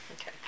Okay